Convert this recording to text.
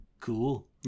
cool